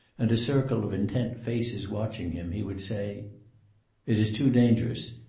and a circle of intent faces watching him, he would say it is too dangerous.